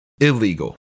illegal